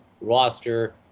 roster